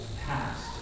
Past